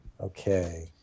Okay